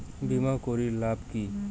বিমা করির লাভ কি?